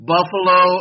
Buffalo